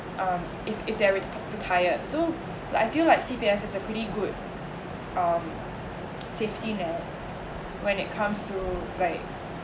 uh if if they re~ retired so like I feel like C_P_F is a pretty good um safety net when it comes to like